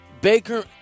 Baker